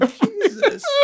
Jesus